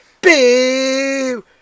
Boo